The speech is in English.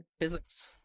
Physics